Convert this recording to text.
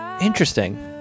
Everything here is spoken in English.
Interesting